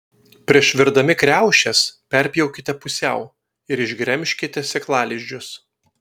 prieš virdami kriaušes perpjaukite pusiau ir išgremžkite sėklalizdžius